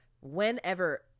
whenever –